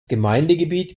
gemeindegebiet